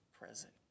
present